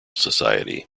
society